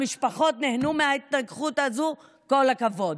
המשפחות נהנו מההתנגחות הזו, כל הכבוד.